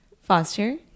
Foster